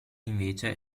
invece